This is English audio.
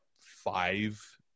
five